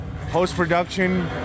post-production